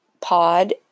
pod